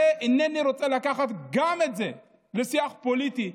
אינני רוצה לקחת גם את זה לשיח פוליטי,